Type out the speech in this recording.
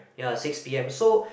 ya six P_M so